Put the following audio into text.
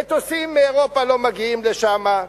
מטוסים מאירופה לא מגיעים לשם,